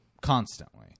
Constantly